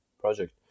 project